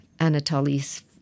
Anatoly's